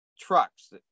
trucks